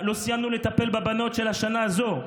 לא סיימנו לטפל בבנות של השנה הזו.